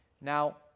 Now